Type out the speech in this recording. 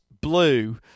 blue